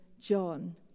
John